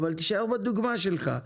אבל תישאר בדוגמא שלך,